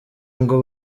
ngo